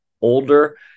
older